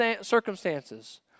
circumstances